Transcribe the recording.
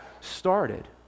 started